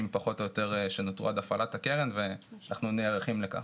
פחות או יותר שנותרו עד הפעלת הקרן ואנחנו נערכים לכך.